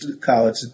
college